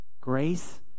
Grace